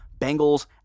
Bengals